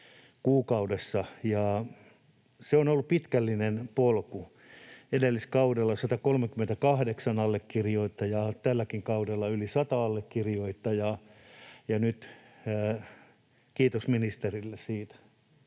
Se on ollut pitkällinen polku. Edelliskaudella 138 allekirjoittajaa, tälläkin kaudella yli 100 allekirjoittajaa, ja nyt kiitos ministerille siitä,